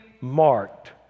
marked